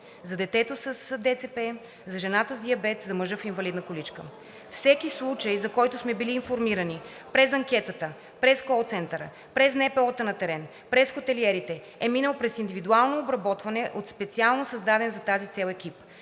за детето с ДЦП, за жената с диабет, за мъжа в инвалидна количка. Всеки случай, за който сме били информирани – през анкетата, през колцентъра, през НПО-та на терен, през хотелиерите, е минал през индивидуално обработване от специално създаден за тази цел екип,